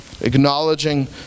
acknowledging